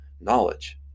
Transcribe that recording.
knowledge